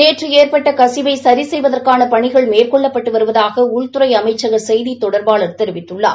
நேற்று ஏற்பட்ட கசிவை சரி செய்வதற்கான பணிகள் மேற்கொள்ளப்பட்டு வருவதாக உள்துறை அமைச்சக செய்தி தொடர்பாளர் தெரிவித்துள்ளார்